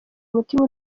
umutima